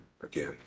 again